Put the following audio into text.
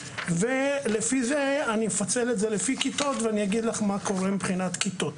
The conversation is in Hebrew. אני אפצל את זה לפי כיתות ואני אגיד לך מה קורה מבחינת כיתות.